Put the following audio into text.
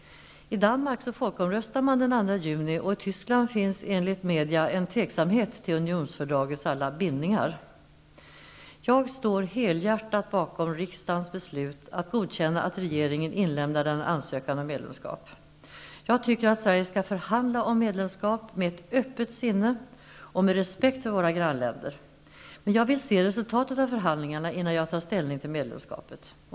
I Danmark folkomröstar man den 2 juni, och i Tyskland finns enligt media en osäkerhet inför unionsfördragets alla bindningar. Jag står helhjärtat bakom riksdagens beslut att godkänna att regeringen inlämnade en ansökan om medlemskap. Jag tycker att Sverige skall förhandla om medlemskap med ett öppet sinne och med respekt för våra grannländer, men jag vill se resultatet av förhandlingarna innan jag tar ställning till medlemskapet.